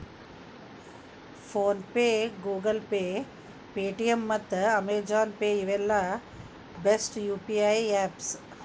phone pay, Google pay, Paytm ಮತ್ತ Amazon pay ಇವೆಲ್ಲ best UPI apps